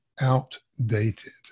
outdated